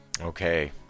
okay